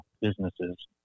businesses